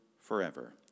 forever